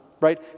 right